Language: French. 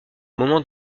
moment